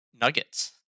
nuggets